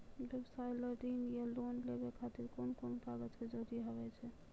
व्यवसाय ला ऋण या लोन लेवे खातिर कौन कौन कागज के जरूरत हाव हाय?